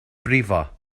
brifo